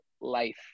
life